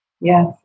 Yes